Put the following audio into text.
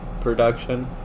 production